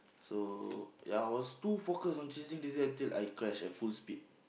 so ya I was too focus on chasing this guy until I crash at full speed